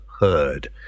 heard